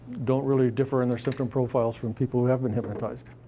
don't really differ in their symptom profiles from people who have been hypnotized.